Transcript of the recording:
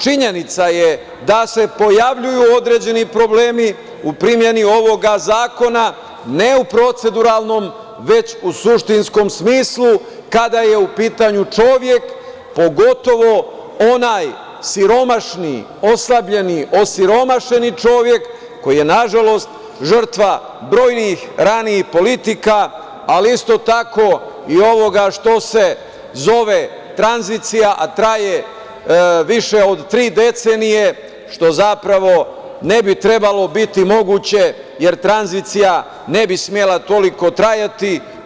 Činjenica da je da se pojavljuju određeni problemi u primeni ovog zakona, ne u proceduralnom, već u suštinskom smislu, kada je u pitanju čovek, pogotovo onaj siromašni, oslabljeni čovek koji je nažalost žrtva brojnih, ranijih politika, ali isto tako i ovoga što se zove tranzicija, a traje više od tri decenije, što ne bi trebalo biti moguće, jer tranzicija ne bi smela toliko trajati.